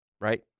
right